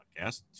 podcast